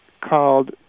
called